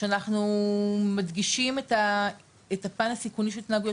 שאנחנו מדגישים את הפן הסיכוני של התנהגויות